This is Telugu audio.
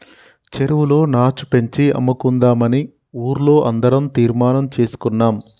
చెరువులో నాచు పెంచి అమ్ముకుందామని ఊర్లో అందరం తీర్మానం చేసుకున్నాం